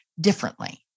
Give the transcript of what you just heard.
differently